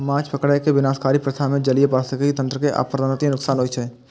माछ पकड़ै के विनाशकारी प्रथा मे जलीय पारिस्थितिकी तंत्र कें अपरिवर्तनीय नुकसान होइ छै